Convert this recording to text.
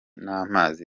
n’amazi